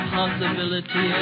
possibility